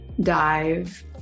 dive